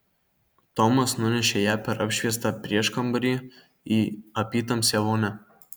tomas nunešė ją per apšviestą prieškambarį į apytamsę vonią